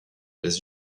les